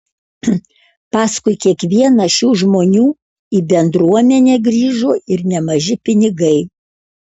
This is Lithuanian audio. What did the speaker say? paskui kiekvieną šių žmonių į bendruomenę grįžo ir nemaži pinigai